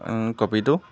ক'পিটো